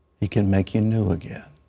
he can make you new again.